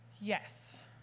Yes